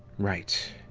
right.